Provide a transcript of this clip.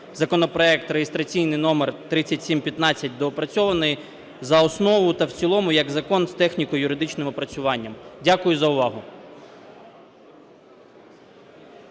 законопроект (реєстраційний номер 3715) (доопрацьований) за основу та в цілому як закон з техніко-юридичним опрацюванням. Дякую за увагу.